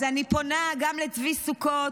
אז אני פונה גם לצבי סוכות,